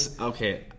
Okay